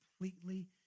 completely